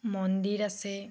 মন্দিৰ আছে